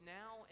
now